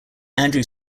andrew